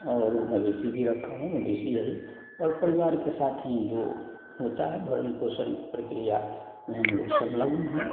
और मवेशी भी रखा हूँ मवेशी यही और परिवार के साथ ही जो होता है भरण पोषण प्रक्रिया में हमलोग संलग्न हैं